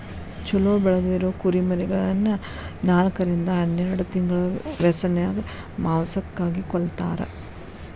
ಚೊಲೋ ಬೆಳದಿರೊ ಕುರಿಮರಿಗಳನ್ನ ನಾಲ್ಕರಿಂದ ಹನ್ನೆರಡ್ ತಿಂಗಳ ವ್ಯಸನ್ಯಾಗ ಮಾಂಸಕ್ಕಾಗಿ ಕೊಲ್ಲತಾರ